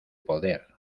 poder